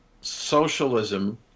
socialism